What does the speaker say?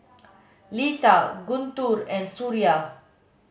Lisa Guntur and Suria